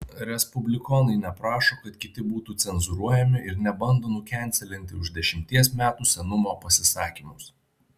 respublikonai neprašo kad kiti būtų cenzūruojami ir nebando nukenselinti už dešimties metų senumo pasisakymus